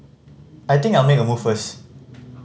I think I'll make a move first